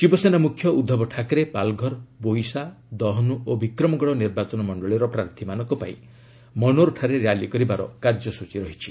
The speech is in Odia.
ଶିବସେନା ମୁଖ୍ୟ ଉଦ୍ଧବ ଠାକ୍ରେ ପାଲ୍ଘର ବୋଇସା ଦହନୁ ଓ ବିକ୍ରମଗଡ଼ ନିର୍ବାଚନମଣ୍ଡଳୀର ପ୍ରାର୍ଥୀମାନଙ୍କ ପାଇଁ ମନୋର୍ଠାରେ ର୍ୟାଲି କରିବାର କାର୍ଯ୍ୟସ୍କଚୀ ରହିଛି